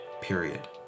period